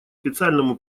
специальному